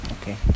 Okay